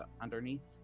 underneath